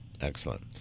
Excellent